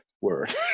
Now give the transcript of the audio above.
word